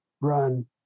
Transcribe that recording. run